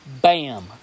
bam